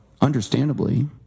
understandably